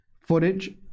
footage